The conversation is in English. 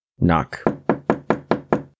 Knock